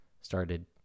started